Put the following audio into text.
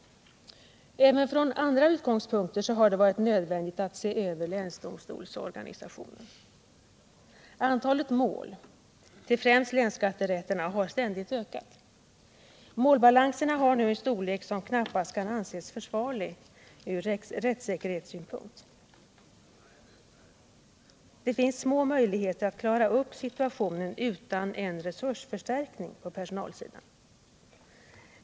Även från andra utgångspunkter har det varit nödvändigt att se över länsdomstolsorganisationen. Antalet mål till främst länsskatterätterna har ständigt ökat. Målbalanserna har nu en storlek som knappast kan anses försvarlig ur rättssäkerhetssynpunkt. Det finns små möjligheter att klara upp situationen utan resursförstärkning på personalsidan.